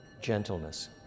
gentleness